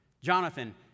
Jonathan